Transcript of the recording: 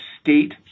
state